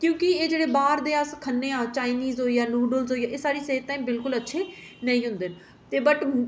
क्योंकि एह् जेह्ड़े बाहर दे अस खन्ने आं एह् चाइनीज होई गेआ नूडल होई गे एह् साढ़ी सेह्त ताईं अच्छे बिल्कुल नेईं होंदे हैन बट